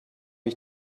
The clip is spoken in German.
ich